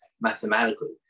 mathematically